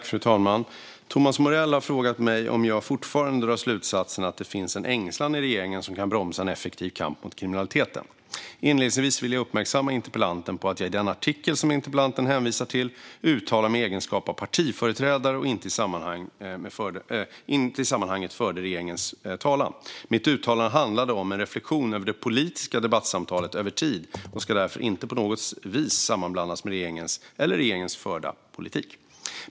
Fru talman! Thomas Morell har frågat mig om jag fortfarande drar slutsatsen att det finns en ängslan i regeringen som kan bromsa en effektiv kamp mot kriminaliteten. Inledningsvis vill jag uppmärksamma interpellanten på att jag i den artikel som interpellanten hänvisar till uttalar mig i egenskap av partiföreträdare och inte i sammanhanget förde regeringens talan. Mitt uttalande handlade om en reflektion över det politiska debattsamtalet över tid och ska därför inte på något vis sammanblandas med regeringen eller regeringens förda politik.